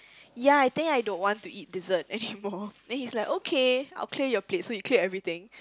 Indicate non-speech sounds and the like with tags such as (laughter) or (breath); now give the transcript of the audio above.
ya I think I don't want to eat dessert (breath) anymore then he's like okay I'll clear your plates so he cleared everything